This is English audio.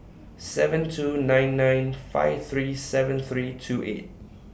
seven two nine nine five three seven three two eight